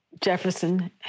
Jefferson